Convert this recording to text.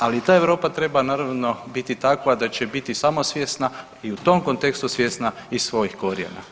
Ali ta Europa treba naravno biti takva da će biti samosvjesna i u tom kontekstu samosvjesna i svojih korijena.